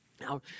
Now